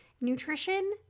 nutrition